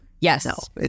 yes